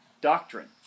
doctrine